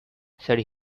said